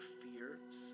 fears